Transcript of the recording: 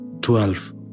twelve